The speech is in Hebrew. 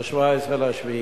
17 ביולי.